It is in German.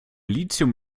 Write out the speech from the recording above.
lithium